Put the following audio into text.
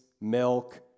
milk